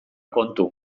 kontu